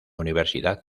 universidad